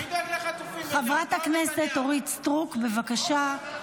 חברת הכנסת אורית סטרוק, בבקשה.